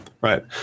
Right